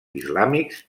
islàmics